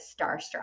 starstruck